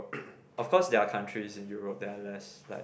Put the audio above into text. of course there are countries in Europe there are less like